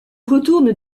retourne